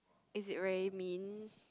is it very mean